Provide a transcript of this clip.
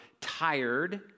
tired